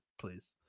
please